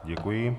Děkuji.